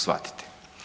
shvatiti.